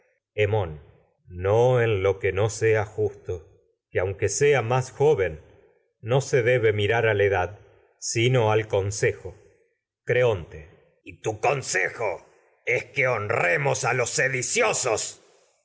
éste no lo que sea a justo que aunque sea más joven no se debe mirar la edad sino al consejo que creonte diciosos hemón vados y tu consejo es honremos a los